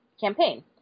campaign